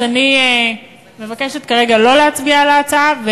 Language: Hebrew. אז אני מבקשת כרגע לא להצביע על ההצעה,